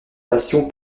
passion